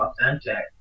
authentic